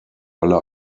alle